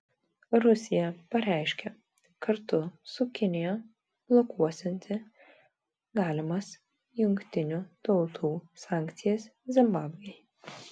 rusija pareiškė kartu su kinija blokuosianti galimas jungtinių tautų sankcijas zimbabvei